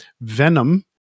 Venom